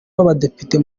w’abadepite